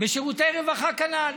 בשירותי רווחה כנ"ל,